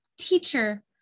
teacher